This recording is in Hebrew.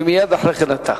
ומייד אחרי כן אתה,